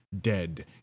dead